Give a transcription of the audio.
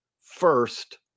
first